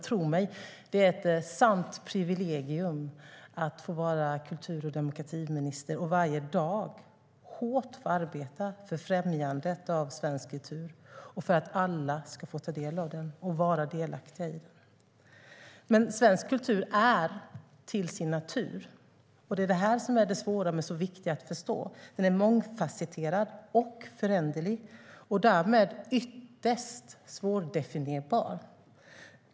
Tro mig, det är ett sant privilegium att få vara kultur och demokratiminister och varje dag få arbeta hårt för främjandet av svensk kultur och för att alla ska få ta del av den och vara delaktiga. Men svensk kultur är till sin natur mångfasetterad, föränderlig och därmed ytterst svårdefinierbar. Det är det här som är det svåra men så viktiga att förstå.